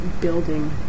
building